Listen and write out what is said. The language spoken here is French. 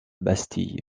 bastille